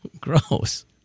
Gross